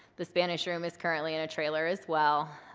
the spanish room is currently in a trailer as well,